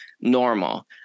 normal